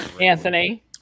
anthony